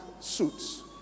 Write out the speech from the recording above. suits